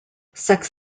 sex